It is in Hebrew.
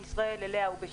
מישראל, אליה או בשטחה.